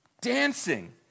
Dancing